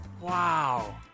Wow